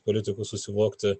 politikus susivokti